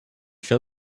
show